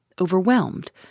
overwhelmed